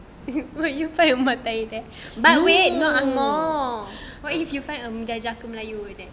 but you find mata air there but wait no ang moh what if you find um a jejaka melayu over there